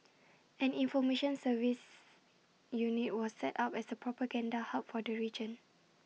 an information services unit was set up as A propaganda hub for the region